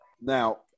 Now